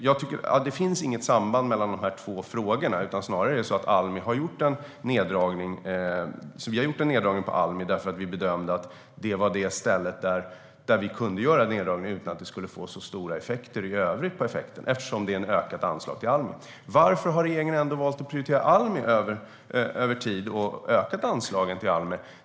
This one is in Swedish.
Det finns därför inget samband mellan dessa två frågor. Vi har gjort en neddragning av anslagen till Almi. Vi bedömde nämligen att det var där vi kunde göra neddragningar utan att det skulle få så stora effekter i övrigt eftersom Almi ändå har fått ökade anslag. Varför har regeringen ändå valt att prioritera Almi över tid och ökat anslagen till Almi?